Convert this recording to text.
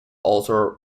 also